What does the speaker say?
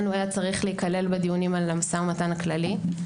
היה צריך להיכלל בדיונים על המשא ומתן הכללי.